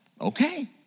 Okay